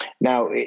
Now